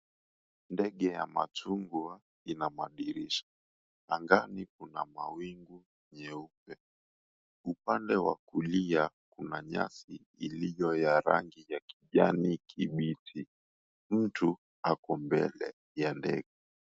Ndege ya machungwa ina madirisha. Angani kuna mawingu nyeupe. Upande wa kulia kuna nyasi iliyo ya rangi ya kijani kibichi. Mtu ako mbele ya ndege.